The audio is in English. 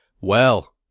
Well